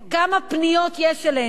כמה פניות יש אלינו.